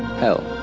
hell.